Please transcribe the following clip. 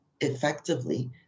effectively